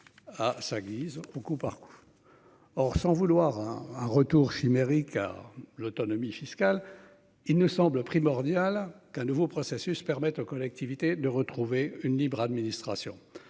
À sa guise au coup par coup. Or, sans vouloir un retour chimérique car l'autonomie fiscale. Il nous semble primordial qu'un nouveau processus permet aux collectivités de retrouver une libre-administration